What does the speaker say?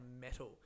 metal